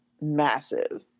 massive